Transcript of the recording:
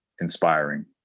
inspiring